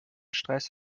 stress